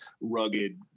rugged